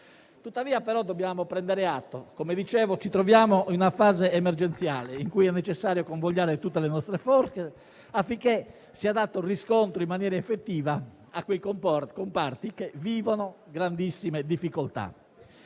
Tuttavia, dobbiamo prendere atto che ci troviamo in una fase emergenziale, in cui è necessario convogliare tutte le nostre forze affinché sia dato riscontro in maniera effettiva a quei comparti che vivono grandissime difficoltà.